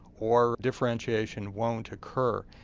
or differentiation won't occur.